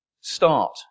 start